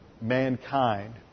mankind